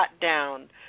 down